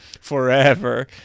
forever